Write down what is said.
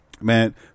man